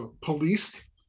policed